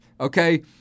okay